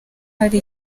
hari